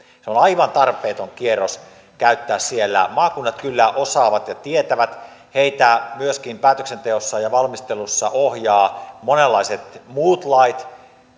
se on aivan tarpeeton kierros käyttää siellä maakunnat kyllä osaavat ja tietävät niitä myöskin päätöksenteossa ja valmistelussa ohjaavat monenlaiset muut lait